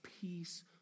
peace